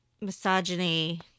misogyny